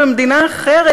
ומדינה אחרת,